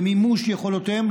במימוש יכולותיהן,